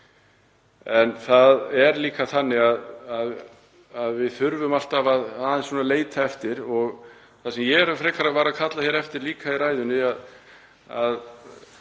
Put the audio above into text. En það er líka þannig að við þurfum alltaf að leita eftir upplýsingum og það sem ég var að kalla hér eftir líka í ræðunni var